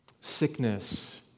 sickness